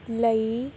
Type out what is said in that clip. ਲਈ